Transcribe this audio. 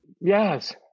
Yes